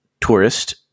tourist